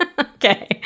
Okay